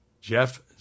Jeff